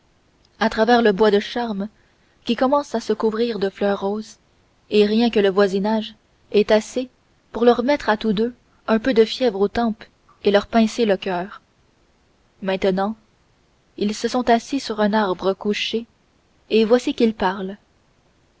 à travers le bois de charme qui commence à se couvrir de fleurs roses et rien que le voisinage est assez pour leur mettre à tous deux un peu de fièvre aux tempes et leur pincer le coeur maintenant ils se sont assis sur un arbre tombé et voici qu'il parle